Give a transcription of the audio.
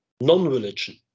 non-religion